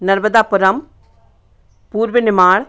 नर्मदापुरम पूर्व निमाण